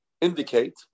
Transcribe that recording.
indicate